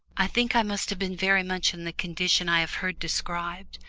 i think i must have been very much in the condition i have heard described,